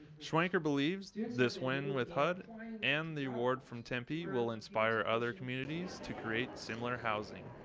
schwenker believes this win with hud and the award from tempe will inspire other communities to create similar housing.